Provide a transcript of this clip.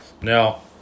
Now